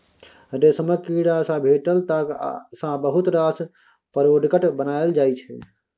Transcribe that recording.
रेशमक कीड़ा सँ भेटल ताग सँ बहुत रास प्रोडक्ट बनाएल जाइ छै